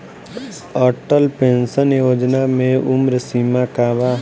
Atal pension Yojana मे उम्र सीमा का बा?